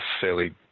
fairly